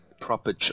proper